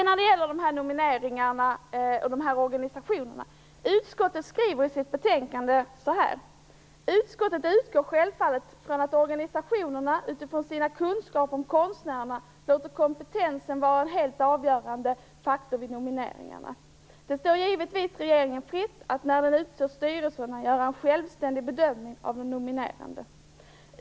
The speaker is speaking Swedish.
När det gäller nomineringarna och organisationerna skriver utskottet så här: "Utskottet utgår självfallet från att organisationerna, utifrån sina kunskaper om konstnärerna, låter kompetensen vara en helt avgörande faktor vid nomineringarna. Det står givetvis regeringen fritt att, när den utser styrelserna, göra en självständig bedömning av de nominerade.